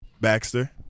Baxter